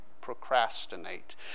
procrastinate